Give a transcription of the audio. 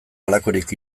halakorik